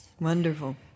Wonderful